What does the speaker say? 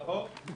נכון.